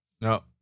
No